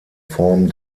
form